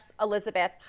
Elizabeth